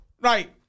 Right